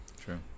True